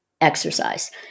exercise